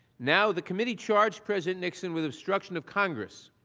now the committee charged president nixon with instruction of congress.